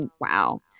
Wow